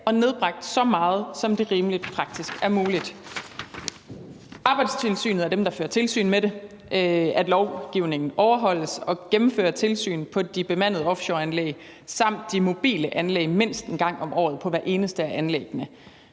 og nedbragt så meget, som det rimelig praktisk er muligt. Arbejdstilsynet er dem, der fører tilsyn med, at lovgivningen overholdes, og de gennemfører tilsyn på hvert eneste af de bemandede offshoreanlæg samt de mobile anlæg mindst en gang om året. Hvis der bliver